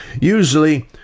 usually